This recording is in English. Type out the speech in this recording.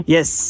Yes